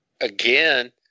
Again